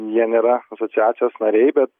jie nėra asociacijos nariai bet